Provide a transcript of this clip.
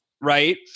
right